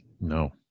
No